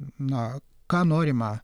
na ką norima